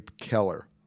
Keller